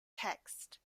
text